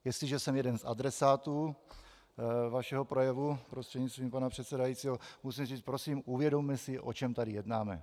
Jestliže jsem jeden z adresátů vašeho projevu, prostřednictvím pana předsedajícího, musím říct prosím uvědomme si, o čem tady jednáme.